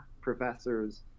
professors